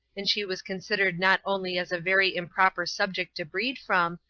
and she was considered not only as a very improper subject to breed from,